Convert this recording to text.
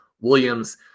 Williams